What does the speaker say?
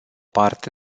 parte